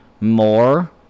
more